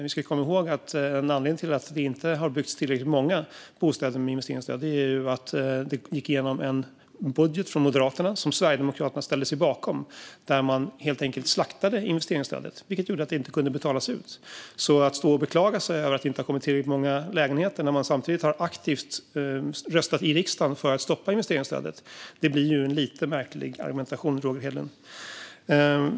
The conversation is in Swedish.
Vi ska komma ihåg att en anledning till att det inte har byggts tillräckligt många bostäder med investeringsstöd är att en budget från Moderaterna, som Sverigedemokraterna ställde sig bakom, gick igenom. Där slaktade man helt enkelt investeringsstödet, vilket gjorde att det inte kunde betalas ut. Att stå och beklaga sig över att det inte har byggts tillräckligt många lägenheter samtidigt som man aktivt har röstat i riksdagen för att stoppa investeringsstödet blir lite märkligt, Roger Hedlund.